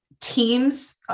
teams